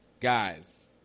guys